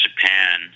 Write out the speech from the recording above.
japan